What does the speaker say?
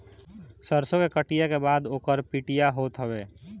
सरसो के कटिया के बाद ओकर पिटिया होत हवे